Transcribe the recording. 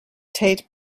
tait